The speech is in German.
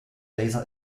laser